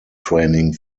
training